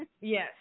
Yes